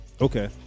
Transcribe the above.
Okay